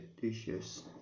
dishes